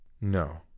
no